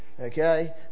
Okay